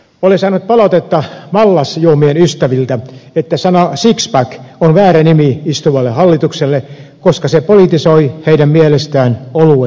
olen saanut palautetta mallasjuomien ystäviltä että sana sixpack on väärä nimi istuvalle hallitukselle koska se politisoi heidän mielestään oluen maineen